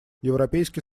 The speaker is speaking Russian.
европейский